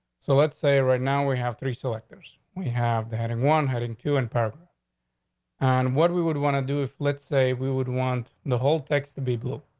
so let's say right now we have three selectors. we have the heading one had in q and parker on what we would want to do if let's say we would want the whole text to be blue.